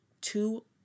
Two